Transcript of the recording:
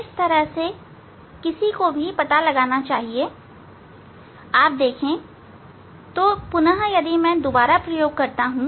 इस विधि से किसी को भी पता लगाना चाहिए आप देखते हैं तो पुनः यदि मैं दोबारा प्रयोग करता हूं